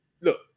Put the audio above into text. look